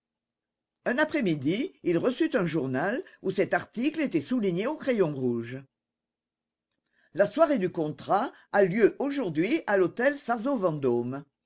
un après-midi il reçut un journal où cet article était souligné au crayon rouge la soirée du contrat a lieu aujourd'hui à l'hôtel